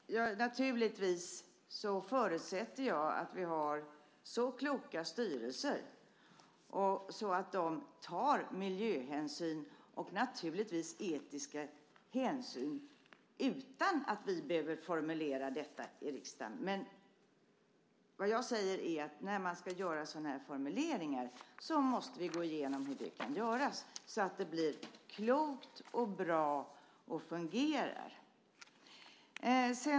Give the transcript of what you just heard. Herr talman! Naturligtvis förutsätter jag att vi har kloka styrelser som tar miljöhänsyn och etiska hänsyn utan att vi i riksdagen behöver formulera detta. Jag säger att vi måste gå igenom hur sådana här formuleringar kan göras så att det blir klokt och bra och fungerar.